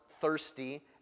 Thirsty